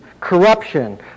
corruption